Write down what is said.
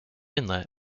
inlet